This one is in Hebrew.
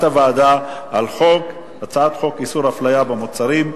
הוועדה על הצעת חוק איסור הפליה במוצרים,